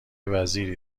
وزیری